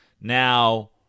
Now